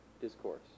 discourse